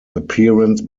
appearance